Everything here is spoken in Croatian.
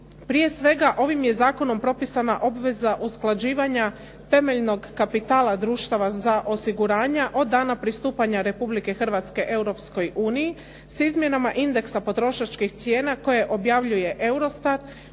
Prije svega, ovim je zakonom propisana obveza usklađivanja temeljnog kapitala društava za osiguranja od dana pristupanja Republike Hrvatske Europskoj uniji s izmjenama indeksa potrošačkih cijena koje objavljuje EUROSTAT